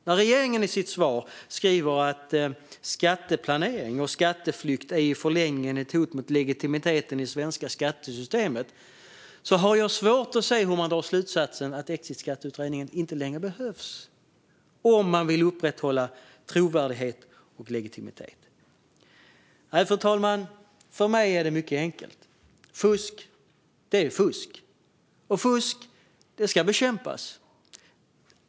När regeringen i sitt svar säger att skatteplanering och skatteflykt i förlängningen är ett hot mot legitimiteten i det svenska skattesystemet har jag svårt att se hur man drar slutsatsen att exitskatteutredningen inte längre behövs, om man vill upprätthålla trovärdighet och legitimitet. Fru talman! För mig är det mycket enkelt. Fusk är fusk, och det ska bekämpas.